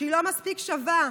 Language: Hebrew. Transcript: שהיא לא מספיק שווה,